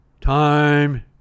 time